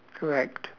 correct